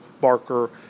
Barker